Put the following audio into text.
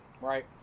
Right